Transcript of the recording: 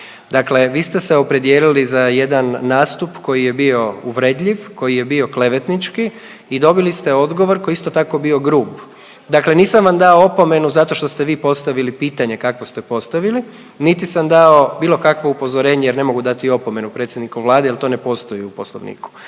Dakle vi ste se opredijelili za jedan nastup koji je bio uvredljiv, koji je bio klevetnički i dobili ste odgovor, koji je isto tako, bio grub. Dakle nisam vam dao opomenu zato što ste vi postavili pitanje kakvo ste postavili niti sam dao bilo kakvo upozorenje jer ne mogu dati opomenu predsjedniku Vlade jer to ne postoji u Poslovniku,